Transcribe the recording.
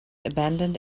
abandoned